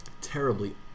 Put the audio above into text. Terribly